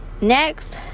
next